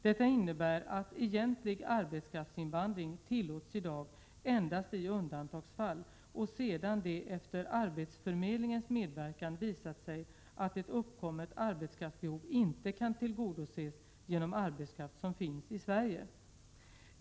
Detta innebär att egentlig arbetskraftsinvandring tillåts i dag endast i undantagsfall och sedan det efter arbetsförmedlingens medverkan visat sig att ett uppkommet arbetskraftsbehov inte kan tillgodoses genom arbetskraft som finns i Sverige.